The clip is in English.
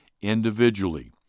individually